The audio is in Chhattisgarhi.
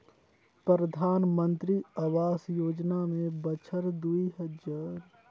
परधानमंतरी अवास योजना में बछर दुई हजार बाइस तक गाँव रहोइया मइनसे जेमन कर घर कच्चा हे तेमन ल पक्का घर देहे कर उदेस अहे